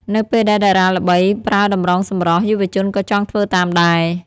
នៅពេលដែលតារាល្បីប្រើតម្រងសម្រស់ យុវជនក៏ចង់ធ្វើតាមដែរ។